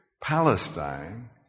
Palestine